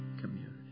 community